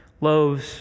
loaves